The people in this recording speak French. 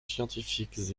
scientifiques